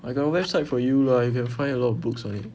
I got a website for you lah you can find a lot of books on it